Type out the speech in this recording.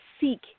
seek